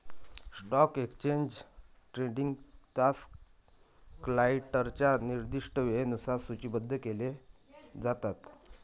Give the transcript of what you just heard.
stock exchange trading तास क्लायंटच्या निर्दिष्ट वेळेनुसार सूचीबद्ध केले जातात